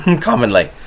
commonly